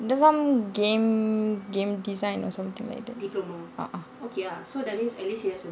there's some game game design or some like that okay ah so that means at least he has a